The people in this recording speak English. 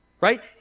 Right